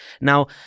Now